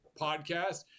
podcast